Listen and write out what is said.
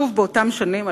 שוב באותן שנים,